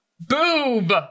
Boob